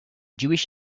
jewish